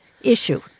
issue